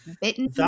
bitten